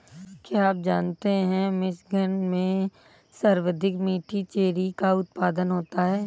क्या आप जानते हैं कि मिशिगन में सर्वाधिक मीठी चेरी का उत्पादन होता है?